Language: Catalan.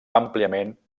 àmpliament